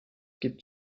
gibt